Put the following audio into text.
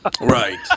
Right